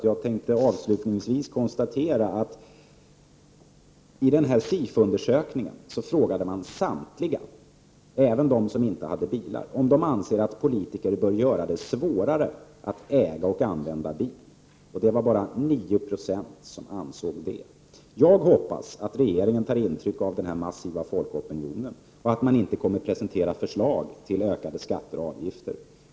Jag tänkte därför avslutningsvis bara nämna att man i SIFO-undersökningen frågade samtliga — även de som inte hade bil — om de ansåg att politiker bör göra det svårare att äga och använda bil. Det var bara 9 Z0 som ansåg det. Jag hoppas att regeringen tar intryck av den massiva folkopinionen och att man inte kommer att presentera förslag till ökade skatter och avgifter.